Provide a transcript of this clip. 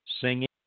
singing